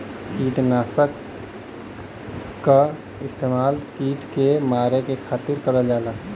किटनाशक क इस्तेमाल कीट के मारे के खातिर करल जाला